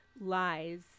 lies